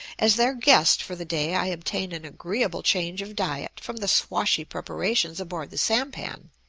as their guest for the day i obtain an agreeable change of diet from the swashy preparations aboard the sampan,